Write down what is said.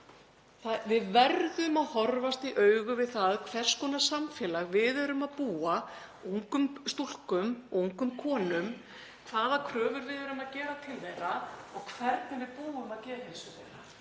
Við verðum að horfast í augu við það hvers konar samfélag við erum að búa ungum stúlkum og ungum konum, hvaða kröfur við erum að gera til þeirra og hvernig við búum að geðheilsu þeirra.